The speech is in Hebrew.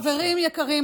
חברים יקרים,